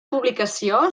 publicació